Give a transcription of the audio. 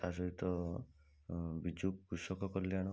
ତା'ସହିତ ବିଜୁ କୃଷକ କଲ୍ୟାଣ